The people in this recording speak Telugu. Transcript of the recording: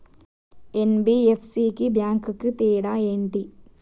ఎన్.బి.ఎఫ్.సి కి బ్యాంక్ కి తేడా ఏంటి?